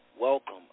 welcome